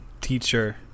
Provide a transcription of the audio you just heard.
teacher